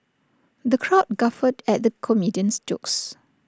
the crowd guffawed at the comedian's jokes